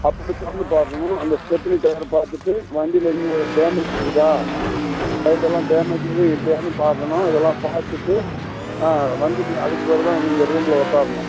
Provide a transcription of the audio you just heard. அப்படி திறந்து பார்க்கணும் அந்த ஸ்டெப்னி டையர் பார்த்துட்டு வண்டியில் எங்கேயும் டேமேஜ் இருக்குதா சைடெல்லாம் டேமேஜ் எதுவும் இல்லையானு பார்க்கணும் இதெல்லாம் பார்த்துட்டு ஆ வந்து நீ அதுக்கு பிறவு தான் வந்து இங்கே ரூமில் உக்கார்ணும்